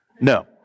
No